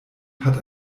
hat